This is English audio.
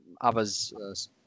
others